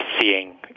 seeing